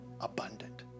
abundant